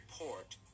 report